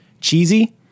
cheesy